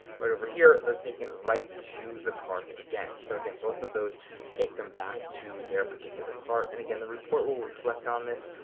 right over here, they're taken right to the cart again. so, again, both of those take them back to their particular cart, and again the report will reflect on this.